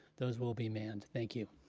those will be manned, thank you.